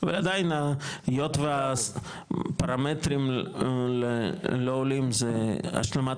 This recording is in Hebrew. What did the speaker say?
אוקי ועדיין היות והפרמטרים לא עולים זה השלמת